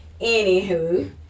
anywho